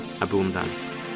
abundance